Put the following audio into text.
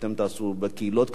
שאתם תעשו בקהילות קטנות,